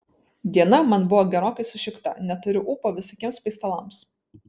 diena man buvo gerokai sušikta neturiu ūpo visokiems paistalams